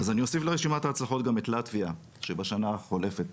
אני אוסיף לרשימת ההצלחות גם את לטביה שבשנה החולפת